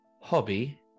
hobby